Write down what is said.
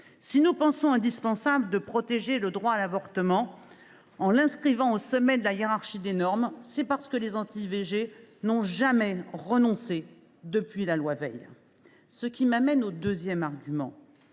Si nous pensons indispensable de protéger le droit à l’avortement en l’inscrivant au sommet de la hiérarchie des normes, c’est parce que les anti IVG n’ont jamais renoncé depuis la loi Veil. Cela m’amène au deuxième argument